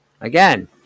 Again